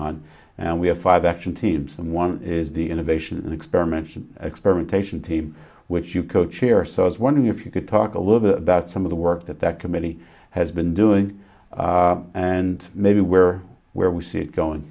on and we have five actually teach someone is the innovation experiment experimentation team which you co chair so i was wondering if you could talk a little bit about some of the work that that committee has been doing and maybe where where we see it going